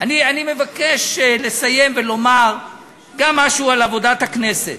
אני מבקש לסיים ולומר גם משהו על עבודת הכנסת.